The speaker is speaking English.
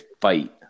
fight